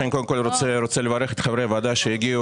אני קודם כל רוצה לברך את חברי הוועדה שהגיעו